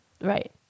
Right